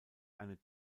eine